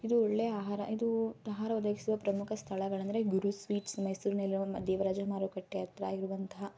ಇದು ಒಳ್ಳೆಯ ಆಹಾರ ಇದು ಆಹಾರ ಒದಗಿಸುವ ಪ್ರಮುಖ ಸ್ಥಳಗಳಂದರೆ ಗುರು ಸ್ವೀಟ್ಸ್ ಮೈಸೂರಿನಲ್ಲಿರುವ ದೇವರಾಜ ಮಾರುಕಟ್ಟೆಯ ಹತ್ತಿರ ಇರುವಂತಹ